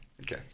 Okay